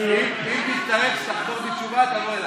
אם תצטרך כשתחזור בתשובה, תבוא אליי.